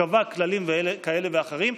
שקבע כללים כאלה ואחרים.